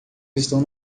estão